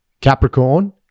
Capricorn